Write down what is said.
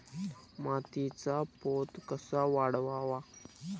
मातीचा पोत कसा वाढवावा?